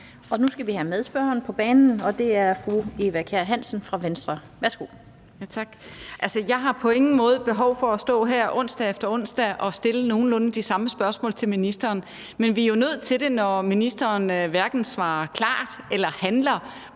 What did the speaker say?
Nu skal vi have medspørgeren på banen, og det er fru Eva Kjer Hansen fra Venstre. Værsgo. Kl. 15:07 Eva Kjer Hansen (V): Jeg har på ingen måde behov for at stå her onsdag efter onsdag og stille nogenlunde de samme spørgsmål til ministeren, men vi er jo nødt til det, når ministeren hverken svarer klart eller handler